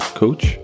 coach